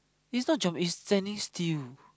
it's not jump it's standing still